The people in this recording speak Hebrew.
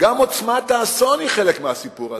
גם עוצמת האסון היא חלק מהסיפור הזה.